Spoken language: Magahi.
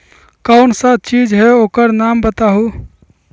कौन सा चीज है ओकर नाम बताऊ?